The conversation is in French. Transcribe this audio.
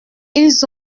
ils